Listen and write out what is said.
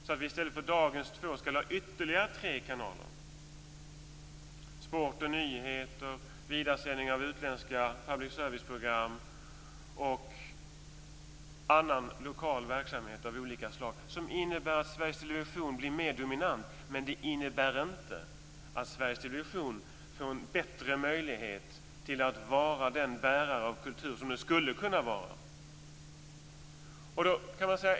I stället för dagens två kanaler skall vi ha ytterligare tre kanaler: sport, nyheter, vidaresändning av utländska public service-program och annan lokal verksamhet av olika slag. Detta innebär att Sveriges Television blir mer dominant, men det innebär inte att Sveriges Television får en bättre möjlighet att vara den bärare av kultur som den skulle kunna vara.